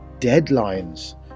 deadlines